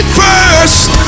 first